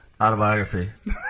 Autobiography